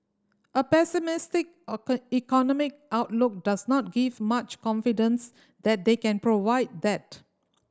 a pessimistic economic outlook does not give much confidence that they can provide that